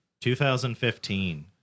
2015